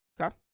Okay